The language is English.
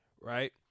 Right